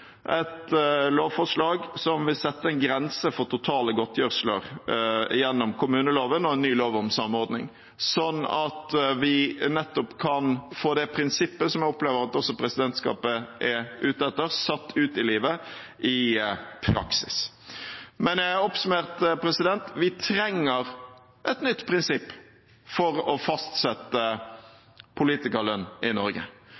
et lovforslag som vil sette en grense for totale godtgjørelser gjennom kommuneloven og en ny lov om samordning, sånn at vi nettopp kan få det prinsippet jeg opplever at også presidentskapet er ute etter, satt ut i livet i praksis. Oppsummert: Vi trenger et nytt prinsipp for å fastsette politikerlønn i Norge.